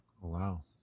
Wow